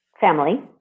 family